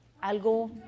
algo